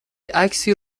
عکسی